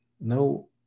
no